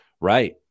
Right